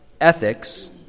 ethics